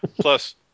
Plus